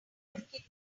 kidnapping